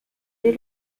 est